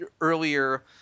earlier